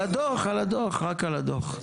על הדוח, רק על הדוח.